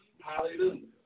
Hallelujah